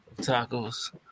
tacos